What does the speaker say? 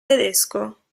tedesco